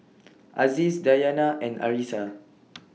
Aziz Dayana and Arissa